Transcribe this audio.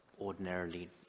ordinarily